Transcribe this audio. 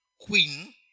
queen